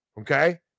Okay